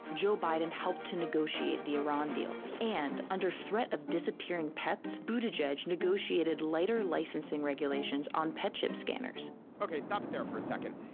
joe biden helped to negotiate the iran deal and under threat of disappearing pets mutagens negotiated later licensing regulations on pet chip scanners okay, stop it there for a second.